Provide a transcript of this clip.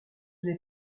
n’est